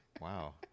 wow